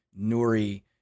Nuri